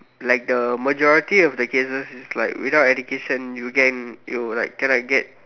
like the majority of the cases is like without education you can you like cannot get